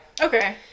Okay